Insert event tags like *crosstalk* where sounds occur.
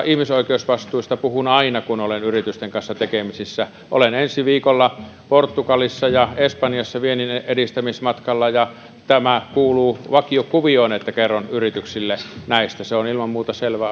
*unintelligible* ihmisoikeusvastuusta puhun aina kun olen yritysten kanssa tekemisissä olen ensi viikolla portugalissa ja espanjassa vienninedistämismatkalla ja kuuluu vakiokuvioon että kerron yrityksille näistä se on ilman muuta selvä *unintelligible*